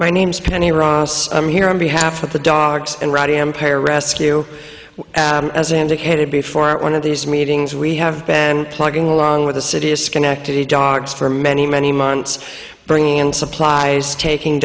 my name's penny ross i'm here on behalf of the dogs and ready empire rescue as indicated before at one of these meetings we have been plugging along with the city of schenectady dogs for many many months bringing in supplies taking